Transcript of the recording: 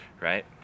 right